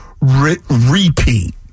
repeat